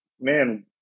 man